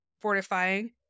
fortifying